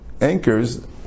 anchors